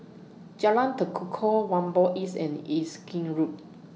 Jalan Tekukor Whampoa East and Erskine Road